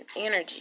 energy